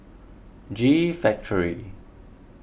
G Factory